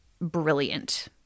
brilliant